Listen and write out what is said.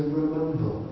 remember